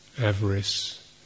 avarice